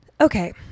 Okay